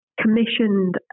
commissioned